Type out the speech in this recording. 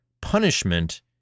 punishment